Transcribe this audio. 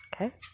Okay